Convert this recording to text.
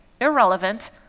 irrelevant